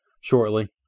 shortly